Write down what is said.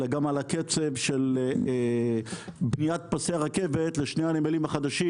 אלא גם על הקצב של בניית פסי הרכבת לשני הנמלים החדשים,